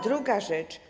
Druga rzecz.